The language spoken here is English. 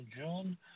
June